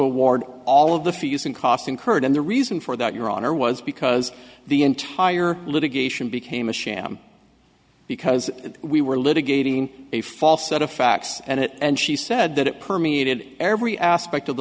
award all of the for use and cost incurred and the reason for that your honor was because the entire litigation became a sham because we were litigating a false set of facts and it and she said that it permeated every aspect of the